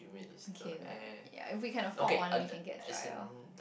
okay lah if we can afford one we can get a dryer